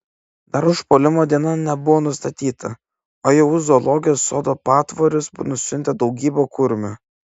dar užpuolimo diena nebuvo nustatyta o jau į zoologijos sodo patvorius nusiuntė daugybę kurmių